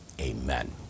Amen